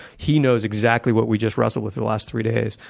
he knows exactly what we just wrestled with for the last three days,